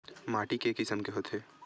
माटी के किसम के होथे?